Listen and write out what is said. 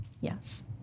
Yes